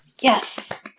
Yes